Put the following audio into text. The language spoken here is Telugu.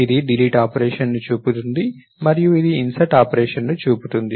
ఇది డిలీట్ ఆపరేషన్ను చూపుతుంది మరియు ఇది ఇన్సర్ట్ ఆపరేషన్ను చూపుతుంది